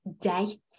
day